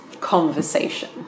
conversation